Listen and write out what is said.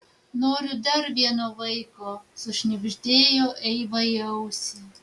noriu dar vieno vaiko sušnibždėjo eiva į ausį